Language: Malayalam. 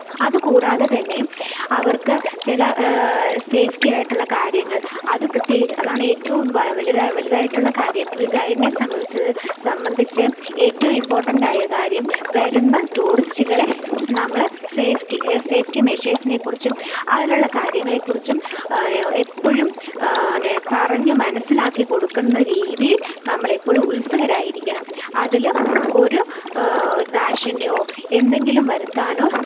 അതുകൂടാതെ തന്നെയും അവർക്ക് ചില സേഫ്റ്റിയായിട്ടുള്ള കാര്യങ്ങൾ അത് പ്രത്യേകിച്ചും അതാണ് ഏറ്റവും വ വലുതാണ് വലുതായിട്ടുള്ള കാര്യം ഒരു ഗൈഡിനെ സംഭവിച്ചത് സംബന്ധിച്ച് ഏറ്റവും ഇംപോർട്ടൻറ്റായ കാര്യം വരുന്ന ടൂറിസ്റ്റുകളെ നമ്മൾ സേഫ്റ്റി സേഫ്റ്റി മെഷേഴ്സിനെ കുറിച്ചും അതിലുള്ള കാര്യങ്ങളെക്കുറിച്ചും പിന്നെ എപ്പോഴും പിന്നെ പറഞ്ഞു മനസ്സിലാക്കി കൊടുക്കുന്ന രീതിയിൽ നമ്മളെപ്പോഴും ഉത്സുകരായിരിക്കണം അതിൽ ഒരു ദാക്ഷണ്യമോ എന്തെങ്കിലും വരുത്താനോ